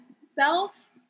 self